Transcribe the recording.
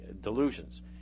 delusions